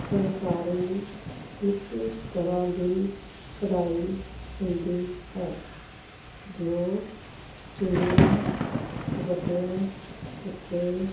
ਫੁਲਕਾਰੀ ਇੱਕ ਤਰਹਾਂ ਦੀ ਕੜਾਈ ਹੁੰਦੀ ਹੈ ਜੋ ਚੁੰਨੀਆਂ ਦੁਪੱਟਿਆ ਉੱਤੇ